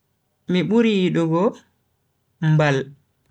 Mi buri yidugo mbal